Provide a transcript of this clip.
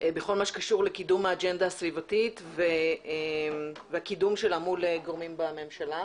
בכל מה שקשור לקידום האג'נדה הסביבתית והקידום שלה מול גורמים בממשלה.